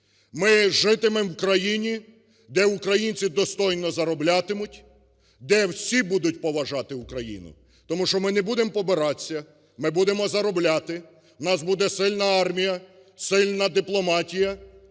Ми житимемо в країні, де українці достойно зароблятимуть, де всі будуть поважати Україну! Тому що ми не будемопобиратися, ми будемо заробляти, у нас буде сильна армія, сильна дипломатія,